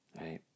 right